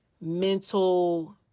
mental